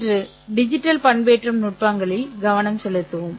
இன்று டிஜிட்டல் பண்பேற்றம் நுட்பங்களில் கவனம் செலுத்துவோம்